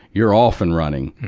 you're off and running.